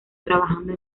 trabajando